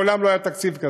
מעולם לא היה תקציב כזה,